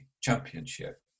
championship